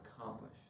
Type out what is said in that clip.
accomplish